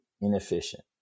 inefficient